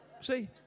See